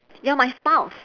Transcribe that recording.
you are my spouse